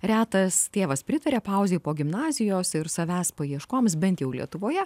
retas tėvas pritaria pauzei po gimnazijos ir savęs paieškoms bent jau lietuvoje